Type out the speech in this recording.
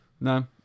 No